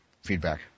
feedback